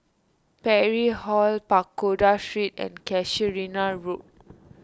Parry Hall Pagoda Street and Casuarina Road